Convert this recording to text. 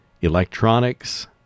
electronics